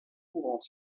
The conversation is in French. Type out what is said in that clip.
courants